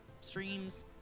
streams